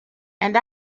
and